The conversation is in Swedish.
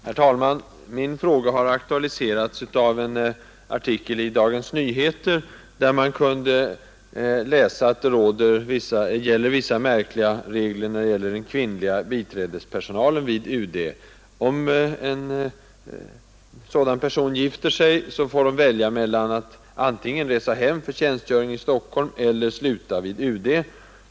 Herr talman! Min fråga har aktualiserats av en artikel i Dagens Nyheter, där man kunde läsa att det finns vissa märkliga regler för den kvinnliga biträdespersonalen vid UD. Om en sådan person gifter sig, får hon välja mellan att resa hem för tjänstgöring i Stockholm eller att sluta vid UD.